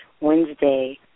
Wednesday